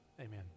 Amen